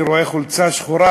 אני רואה חולצה שחורה,